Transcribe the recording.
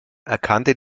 erkannte